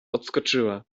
odskoczyła